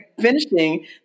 finishing